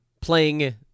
playing